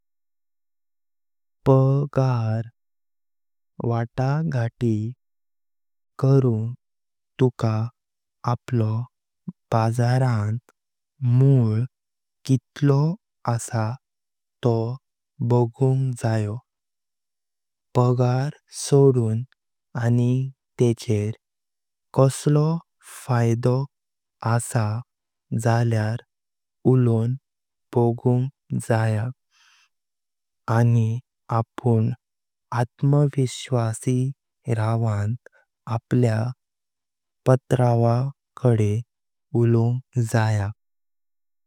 पगार वाटाघाटी करून तुका अपलो बाजारान मोलें कितलो आसा तो पगुंग जावो, पगार सोडून आणि तेच्चेर कसलो फायदो आसा झाल्या उलोन बघुंग जाय अणि अपुण आत्मविश्वासी रवण अपल्या पत्रावाकाडे उलुंग जाय।